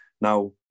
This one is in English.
Now